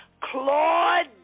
Claude